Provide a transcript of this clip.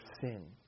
sin